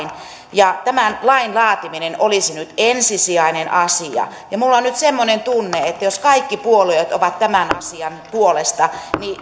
ja tämän lain laatiminen olisi nyt ensisijainen asia minulla on nyt semmoinen tunne että jos kaikki puolueet ovat tämän asian puolesta